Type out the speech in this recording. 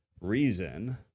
reason